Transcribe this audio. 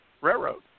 Railroad